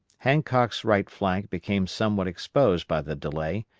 hancock's right flank became somewhat exposed by the delay,